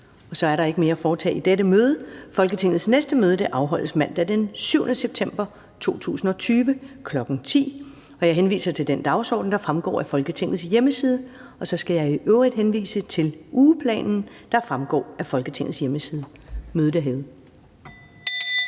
Der er ikke mere at foretage i dette møde. Folketingets næste møde afholdes mandag den 7. september 2020, kl. 10.00. Jeg henviser til den dagsorden, der fremgår af Folketingets hjemmeside. Og så skal jeg i øvrigt henvise til ugeplanen, der fremgår af Folketingets hjemmeside. Mødet er hævet.